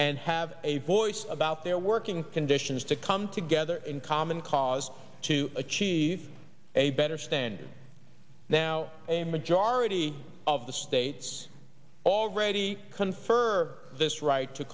and have a voice about their working conditions to come together in common cause to achieve a better standard now a majority of the states already confer this right to